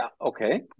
Okay